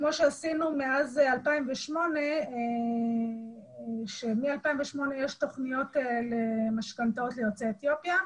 כמו שעשינו מאז 2008 כאשר מאז יש תוכניות למשכנתאות ליוצאי אתיופיה.